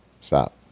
Stop